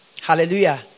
hallelujah